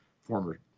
former